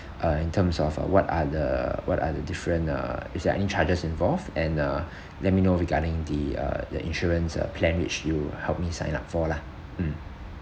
uh in terms of uh what are the what are the different uh is there any charges involved and uh let me know regarding the uh the insurance uh plan which you helped me sign up for lah mm